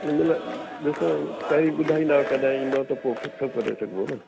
न मतिलबु ॾिसो पहिरीं ॿुधाईंदव कॾहिं ईंदव त पोइ फिक्स करे सघिबो न